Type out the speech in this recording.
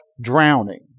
drowning